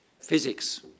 physics